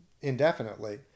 indefinitely